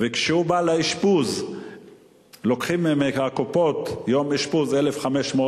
וכשהוא בא לאשפוז לוקחות הקופות על יום אשפוז 1,500,